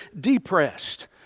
depressed